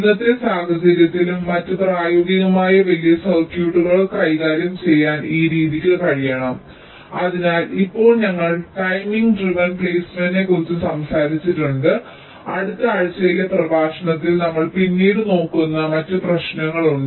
ഇന്നത്തെ സാഹചര്യത്തിലും മറ്റും പ്രായോഗികമായ വലിയ സർക്യൂട്ടുകൾ കൈകാര്യം ചെയ്യാൻ ഈ രീതിക്ക് കഴിയണം അതിനാൽ ഇപ്പോൾ ഞങ്ങൾ ടൈമിംഗ് ഡ്രൈവഡ് പ്ലെയ്സ്മെന്റിനെക്കുറിച്ച് സംസാരിച്ചിട്ടുണ്ട് അടുത്ത ആഴ്ചയിലെ പ്രഭാഷണങ്ങളിൽ നമ്മൾ പിന്നീട് നോക്കുന്ന മറ്റ് പ്രശ്നങ്ങളുണ്ട്